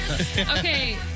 Okay